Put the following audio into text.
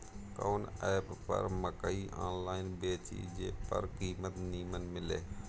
कवन एप पर मकई आनलाइन बेची जे पर कीमत नीमन मिले?